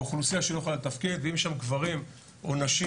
אוכלוסייה שלא יכולה לתפקד ואם יש שם גברים או נשים